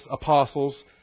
apostles